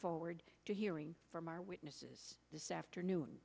forward to hearing from our witnesses this afternoon